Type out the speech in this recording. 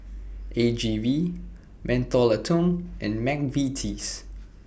A G V Mentholatum and Mcvitie's